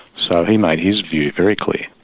so he made his view very clear.